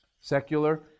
secular